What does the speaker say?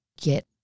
get